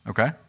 Okay